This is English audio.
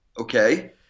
okay